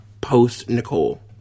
post-Nicole